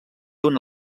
una